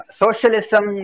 socialism